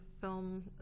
film